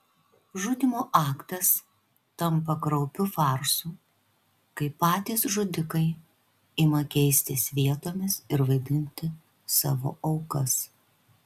žudymo aktas tampa kraupiu farsu kai patys žudikai ima keistis vietomis ir vaidinti savo aukas